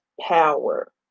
power